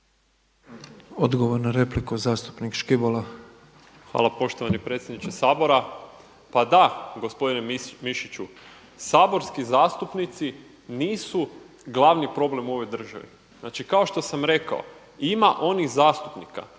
Odgovor na repliku zastupnica Jelkovac.